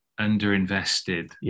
underinvested